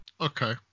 Okay